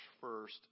first